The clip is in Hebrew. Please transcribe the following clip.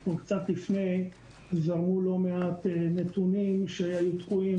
או קצת לפני זרמו לא מעט נתונים שהיו תקועים